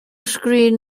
screen